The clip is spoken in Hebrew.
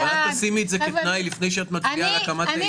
אבל אל תשימי את זה כתנאי לפני שאת מצביע על הקמת --- אני